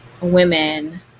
women